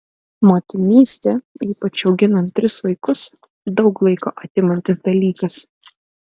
motinystė ypač auginant tris vaikus daug laiko atimantis dalykas